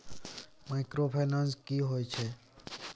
Microfinance की होय छै?